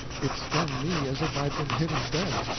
it stung me as if i had been hit instead.